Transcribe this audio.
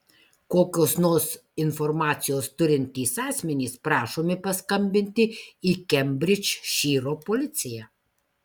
kokios nors informacijos turintys asmenys prašomi paskambinti į kembridžšyro policiją